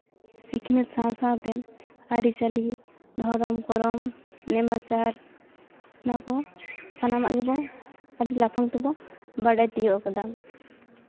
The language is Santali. ᱥᱤᱠᱷᱱᱟᱹᱛ ᱥᱟᱶ ᱥᱟᱶᱛᱮ ᱟᱹᱨᱤ ᱪᱟᱹᱞᱤ ᱫᱷᱚᱨᱚᱢ ᱠᱚᱨᱚᱢ ᱱᱮᱢᱟᱪᱟᱨ ᱱᱚᱣᱟ ᱠᱚ ᱥᱟᱱᱟᱢᱟᱜ ᱜᱮᱵᱚ ᱟᱹᱰᱤ ᱞᱟᱯᱷᱟᱝ ᱛᱮᱵᱚ ᱵᱟᱲᱟᱭ ᱛᱤᱭᱳᱜ ᱠᱟᱫᱟ